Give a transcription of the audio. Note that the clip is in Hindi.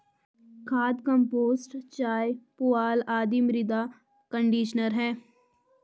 खाद, कंपोस्ट चाय, पुआल आदि मृदा कंडीशनर है